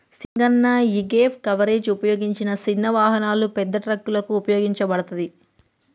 సింగన్న యీగేప్ కవరేజ్ ఉపయోగించిన సిన్న వాహనాలు, పెద్ద ట్రక్కులకు ఉపయోగించబడతది